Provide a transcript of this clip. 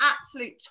absolute